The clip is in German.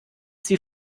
sie